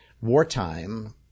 wartime –